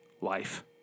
life